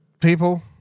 people